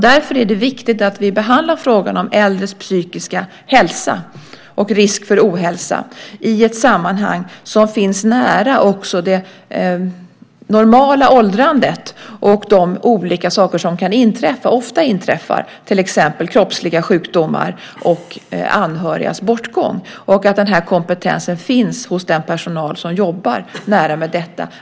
Därför är det viktigt att vi behandlar frågan om äldres psykiska hälsa och risk för ohälsa i ett sammanhang som finns nära det normala åldrandet och de olika saker som ofta inträffar, till exempel kroppsliga sjukdomar och anhörigas bortgång, och att den kompetensen finns hos den personal som jobbar nära med detta.